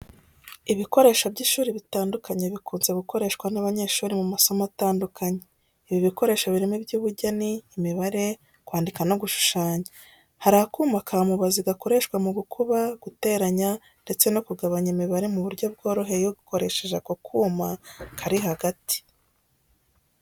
Ibikoresho by’ishuri bitandukanye bikunze gukoreshwa n’abanyeshuri mu masomo atandukanye. Ibi bikoresho birimo iby'ubugeni, imibare, kwandika no gushushanya. Harimo akuma ka mubazi gakoreshwa mu gukuba, guteranya ndetse no kugabanya imibare mu buryo byoroheye ukoresheshe ako kuma kari hagati.